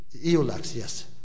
yes